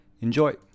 Enjoy